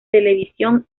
televisión